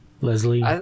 Leslie